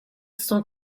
cent